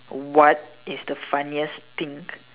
what is the funniest thing